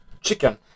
Chicken